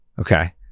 Okay